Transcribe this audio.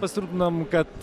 pasirūpinom kad